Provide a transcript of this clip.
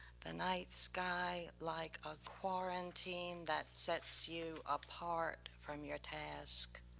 the night sky like ah quarantine that sets you apart from your task.